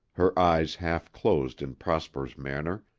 her eyes half-closed in prosper's manner,